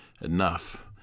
enough